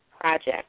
project